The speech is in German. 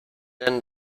denn